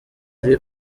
uri